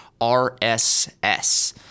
rss